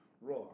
Raw